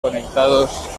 conectados